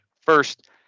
First